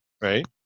Right